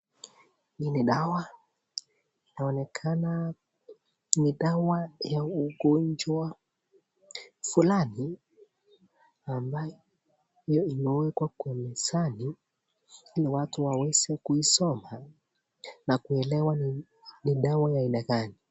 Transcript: Hii ni dawa. Yaonekana ni dawa ya ugonjwa fulani ambayo imewekwa kwena zani ili watu waweze kuisoma na kuelewa ni dawa ya aina gani.